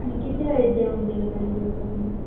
आणि किती वेळेत जेवण केलं पाहिजे दिवसातून